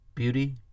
Beauty